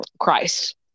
Christ